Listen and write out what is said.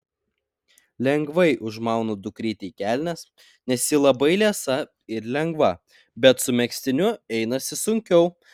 lengvai užmaunu dukrytei kelnes nes ji labai liesa ir lengva bet su megztiniu einasi sunkiau